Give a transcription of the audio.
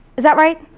is that right?